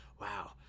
Wow